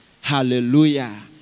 Hallelujah